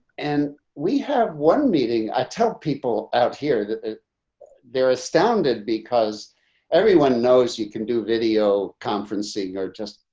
and we have one meeting. i tell people out here that they're astounded because everyone knows you can do video conferencing or just,